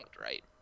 right